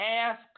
ask